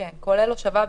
כולל הושבה בפנים.